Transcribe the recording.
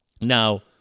Now